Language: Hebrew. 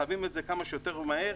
חייבים את זה כמה שיותר מהר.